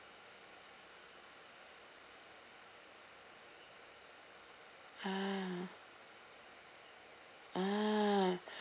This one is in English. ah ah